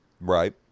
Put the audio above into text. Right